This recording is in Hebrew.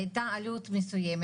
הייתה עלות מסוימת,